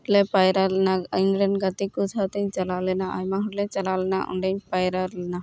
ᱞᱮ ᱯᱟᱭᱨᱟ ᱞᱮᱱᱟ ᱤᱧᱨᱮᱱ ᱜᱟᱛᱮᱠᱩ ᱥᱟᱶᱛᱮᱧ ᱪᱟᱞᱟᱣ ᱞᱮᱱᱟ ᱟᱭᱢᱟ ᱦᱚᱲᱞᱮ ᱪᱟᱞᱟᱣ ᱞᱮᱱᱟ ᱚᱸᱰᱮᱧ ᱯᱟᱭᱨᱟ ᱞᱮᱱᱟ